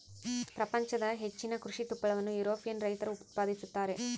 ಪ್ರಪಂಚದ ಹೆಚ್ಚಿನ ಕೃಷಿ ತುಪ್ಪಳವನ್ನು ಯುರೋಪಿಯನ್ ರೈತರು ಉತ್ಪಾದಿಸುತ್ತಾರೆ